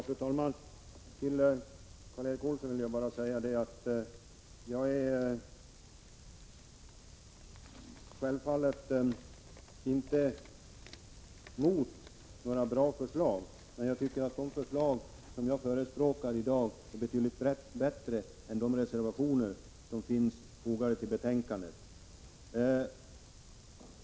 Fru talman! Till Karl Erik Olsson vill jag bara säga att jag självfallet inte är emot några bra förslag, men jag tycker att de förslag som jag förespråkar i dag är betydligt bättre än de reservationer som finns fogade till betänkandet.